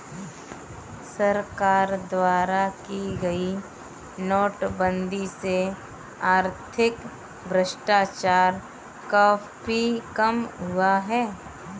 सरकार द्वारा की गई नोटबंदी से आर्थिक भ्रष्टाचार काफी कम हुआ है